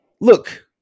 Look